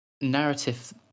narrative